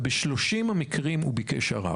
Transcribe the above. וב-30 המקרים הוא ביקש ערר.